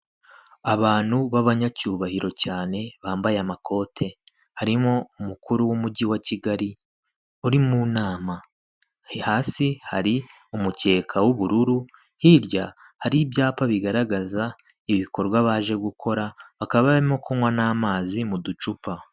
Abantu b'abanyacyubahiro cyane, bambaye amakote, harimo umukuru w'umujyi wa Kigali uri mu nama, hasi hari umukeka w'ubururu, hirya hari ibyapa bigaragaza ibikorwa baje gukora, bakaba barimo kunywa n'amazi mu ducupa.